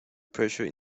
pressure